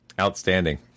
Outstanding